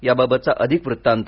याबाबतचा अधिक वृत्तान्त